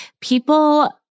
people